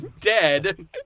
dead